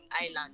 island